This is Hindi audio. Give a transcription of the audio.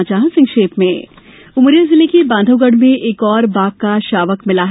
कुछ समाचार संक्षेप में उमरिया जिले के बांधवगढ़ में एक और बाघ शावक का शव मिला है